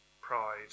pride